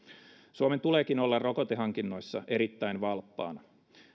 suomen tuleekin olla rokotehankinnoissa erittäin valppaana